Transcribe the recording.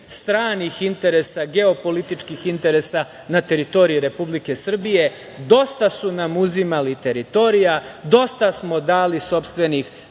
stranih interesa, geopolitičkih interesa na teritoriji Republike Srbije. Dosta su nam uzimali teritorija, dosta smo dali sopstvenih